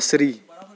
بصری